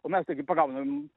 o mes taigi pagaunam